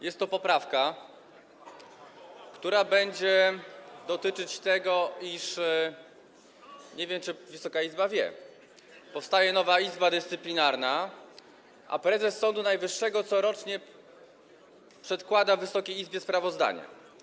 Jest to poprawka, która będzie dotyczyć tego, iż, nie wiem, czy Wysoka Izba wie, powstaje nowa Izba Dyscyplinarna, a prezes Sądu Najwyższego corocznie przedkłada Wysokiej Izbie sprawozdania.